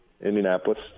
Indianapolis